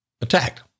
attacked